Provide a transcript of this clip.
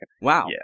wow